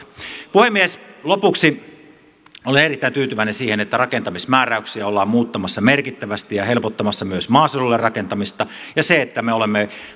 puhemies lopuksi olen erittäin tyytyväinen siihen että rakentamismääräyksiä ollaan muuttamassa merkittävästi ja helpottamassa myös maaseudulle rakentamista ja siihen että me olemme